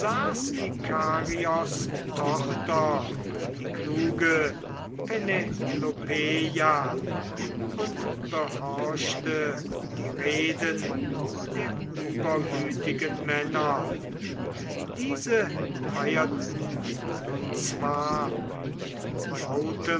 tochter die kluge penelopeia und behorchte die reden der übermütigen männer diese feirten nun zwar mit